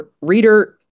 reader